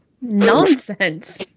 nonsense